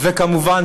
וכמובן,